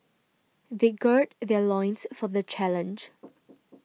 they gird their loins for the challenge